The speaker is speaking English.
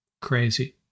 Crazy